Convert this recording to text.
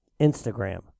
Instagram